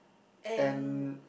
and